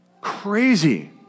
crazy